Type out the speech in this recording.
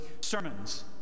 sermons